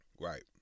Right